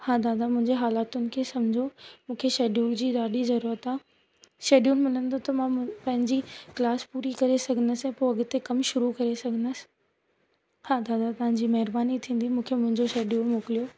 हा दादा मुंहिंजे हालातुनि खे सम्झो मूंखे शेड्यूल जी ॾाढी ज़रूरत आहे शेड्यूल मिलंदो त मां पंहिंजी क्लास पूरी करे सघंदसि पोइ हिते कम शुरू करे सघंदसि हा दादा तव्हां जी महिरबानी थींदी मूंखे मुंहिंजे शेड्यूल मोकिलियो